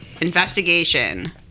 investigation